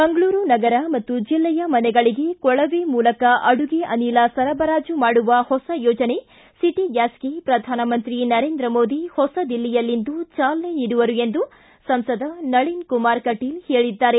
ಮಂಗಳೂರು ನಗರ ಮತ್ತು ಜಿಲ್ಲೆಯ ಮನೆಗಳಿಗೆ ಕೊಳವೆ ಮೂಲಕ ಅಡುಗೆ ಅನಿಲ ಸರಬರಾಜು ಮಾಡುವ ಹೊಸ ಯೋಜನೆ ಸಿಟಿ ಗ್ವಾಸ್ಗೆ ಶ್ರಧಾನಮಂತ್ರಿ ನರೇಂದ್ರ ಮೋದಿ ಹೊಸದಿಲ್ಲಿಯಲ್ಲಿ ಇಂದು ಚಾಲನೆ ನೀಡುವರು ಎಂದು ಸಂಸದ ನಳಿನ್ಕುಮಾರ್ ಕಟಿಲ್ ಹೇಳಿದ್ದಾರೆ